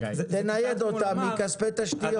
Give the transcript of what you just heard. תנייד אותם מכספי תשתיות.